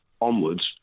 onwards